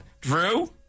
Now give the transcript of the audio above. Drew